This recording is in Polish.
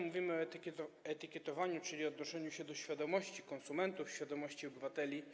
Mówimy o etykietowaniu, czyli odnoszeniu się do świadomości konsumentów, świadomości obywateli.